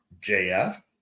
JF